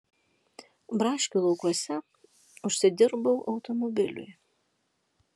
braškių laukuose užsidirbau automobiliui